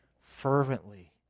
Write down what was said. fervently